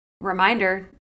reminder